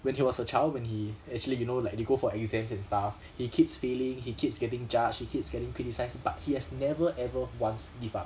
when he was a child when he actually you know like they go for exams and stuff he keeps failing he keeps getting judged he keeps getting criticized but he has never ever once give up